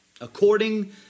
According